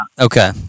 Okay